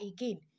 again